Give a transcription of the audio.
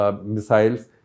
missiles